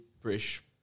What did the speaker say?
British